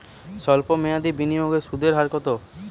সল্প মেয়াদি বিনিয়োগের সুদের হার কত?